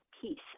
peace